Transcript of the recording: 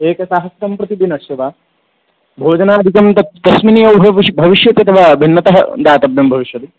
एकसहस्रं प्रतिदिनस्य वा भोजनादिकं तत् तस्मिन्नेव भविष्यति अथवा भिन्नतः दातव्यं भविष्यति